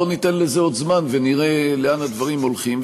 בוא ניתן לזה עוד זמן ונראה לאן הדברים הולכים,